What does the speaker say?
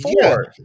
Four